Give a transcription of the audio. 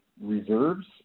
reserves